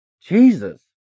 Jesus